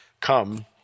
come